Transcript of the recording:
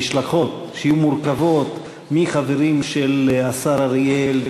במשלחות שיהיו מורכבות מחברים של השר אריאל,